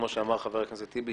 כמו שאמר חבר הכנסת טיבי,